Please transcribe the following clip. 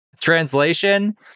translation